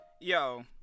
Yo